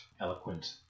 eloquent